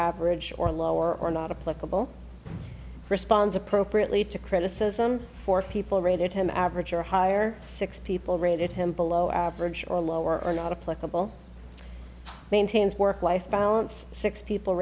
average or lower or not a political responds appropriately to criticism for people rated him average or higher six people rated him below average or lower not a clickable maintains work life balance six people